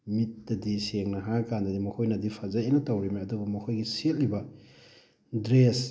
ꯃꯤꯠꯇꯗꯤ ꯁꯦꯡꯅ ꯍꯥꯏꯀꯥꯟꯗꯗꯤ ꯃꯈꯣꯏꯅꯗꯤ ꯐꯥꯖꯩꯅ ꯇꯧꯔꯤꯅꯤ ꯑꯗꯨꯕꯨ ꯃꯈꯣꯏꯅ ꯁꯦꯠꯂꯤꯕ ꯗ꯭ꯔꯦꯁ